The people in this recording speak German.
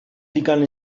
illegal